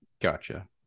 gotcha